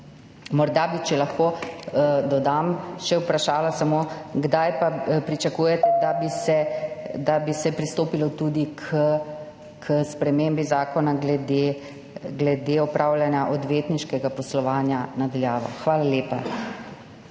Morda bi, če lahko dodam, še samo vprašala: Kdaj pričakujete, da bi se pristopilo tudi k spremembi zakona glede opravljanja odvetniškega poslovanja na daljavo? Hvala lepa.